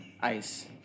ice